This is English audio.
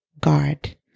guard